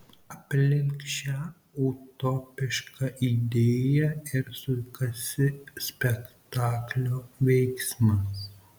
aplink šią utopišką idėją ir sukasi spektaklio veiksmas